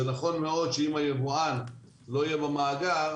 זה נכון מאוד שאם היבואן לא יהיה במאגר,